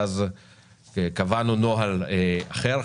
ואז קבענו נוהל אחר,